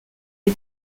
les